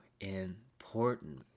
important